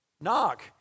Knock